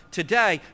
today